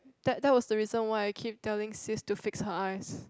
that that was the reason I keep telling sis to fix her eyes